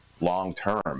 long-term